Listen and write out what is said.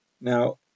Now